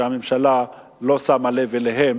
שהממשלה לא שמה לב אליהן